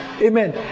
Amen